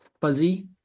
fuzzy